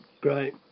great